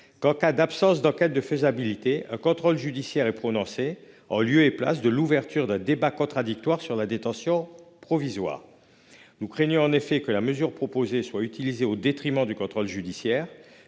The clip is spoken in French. qu'en cas d'absence d'enquête de faisabilité, un contrôle judiciaire est prononcé en lieu et place de l'ouverture d'un débat contradictoire sur la détention provisoire. Nous craignons en effet que la mesure proposée ne soit utilisée au détriment du contrôle judiciaire,